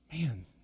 man